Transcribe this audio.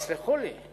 תסלחו לי.